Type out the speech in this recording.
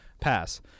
pass